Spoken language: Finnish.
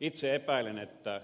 itse epäilen että